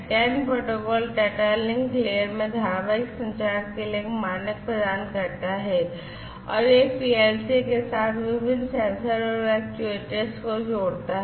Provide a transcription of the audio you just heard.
can protocol data link layer में धारावाहिक संचार के लिए एक मानक प्रदान करता है और यह पीएलसी के साथ विभिन्न सेंसर और एक्चुएटर्स को जोड़ता है